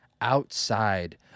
outside